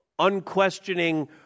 unquestioning